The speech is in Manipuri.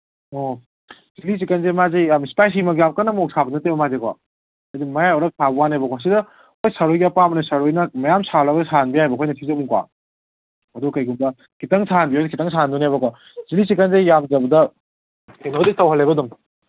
ꯑꯣ ꯆꯤꯂꯤ ꯆꯤꯀꯟꯁꯦ ꯃꯥꯁꯤ ꯌꯥꯝ ꯏꯁꯄꯥꯏꯁꯤꯃꯛ ꯌꯥꯝ ꯀꯟꯅ ꯃꯣꯔꯣꯛ ꯁꯥꯕꯗꯤ ꯅꯠꯇꯦ ꯃꯥꯁꯦꯀꯣ ꯑꯗ ꯃꯌꯥꯏ ꯑꯣꯏꯔꯞ ꯁꯥꯕ ꯋꯥꯅꯦꯕꯀꯣ ꯁꯤꯗ ꯍꯣꯏ ꯁꯥꯔ ꯍꯣꯏꯒꯤ ꯑꯄꯥꯝꯕꯅꯤ ꯁꯥꯔ ꯍꯣꯏꯅ ꯃꯌꯥꯝ ꯁꯥꯍꯜꯂꯣ ꯍꯥꯏꯔꯁꯨ ꯁꯥꯍꯟꯕ ꯌꯥꯏꯌꯦꯕꯀꯣ ꯑꯩꯈꯣꯏꯅ ꯁꯤꯗ ꯑꯃꯨꯛꯀꯣ ꯑꯗꯨ ꯀꯩꯒꯨꯝꯕ ꯈꯤꯇꯪ ꯁꯥꯍꯟꯕꯤꯌꯨ ꯍꯥꯏꯔ ꯈꯤꯇꯪ ꯁꯥꯍꯟꯗꯣꯏꯅꯦꯕꯀꯣ ꯆꯤꯂꯤ ꯆꯤꯀꯟꯁꯦ ꯌꯥꯝꯗ꯭ꯔꯕꯗ ꯀꯩꯅꯣꯗꯤ ꯇꯧꯍꯜꯂꯦꯕꯀꯣ ꯑꯗꯨꯝ